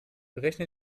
berechne